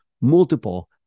multiple